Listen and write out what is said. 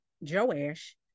Joash